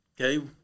Okay